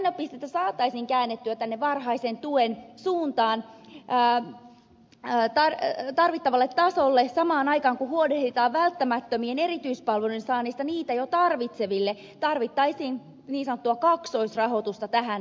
jotta painopistettä saataisiin käännettyä tänne varhaisen tuen suuntaan tarvittavalle tasolle samaan aikaan kun huolehditaan välttämättömien erityispalveluiden saannista niitä jo tarvitseville tarvittaisiin niin sanottua kaksoisrahoitusta tähän tarkoitukseen